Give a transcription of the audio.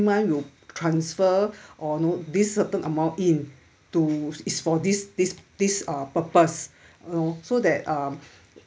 month you transfer or know this certain amount in to it's for this this this uh purpose you know so that um